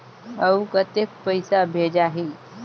अउ कतेक पइसा भेजाही?